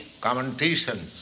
commentations